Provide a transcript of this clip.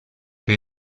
que